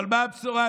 אבל מה הבשורה?